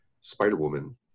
spider-woman